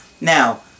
Now